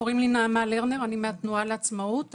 קוראים לי נעמה לרנר, אני מהתנועה לעצמאות.